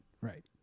Right